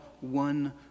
one